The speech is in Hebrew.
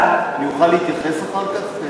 אני אוכל להתייחס אחר כך?